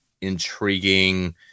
intriguing